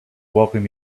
welcome